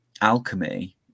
alchemy